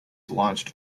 launched